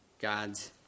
God's